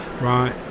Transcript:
right